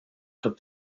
took